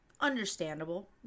Understandable